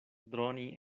droni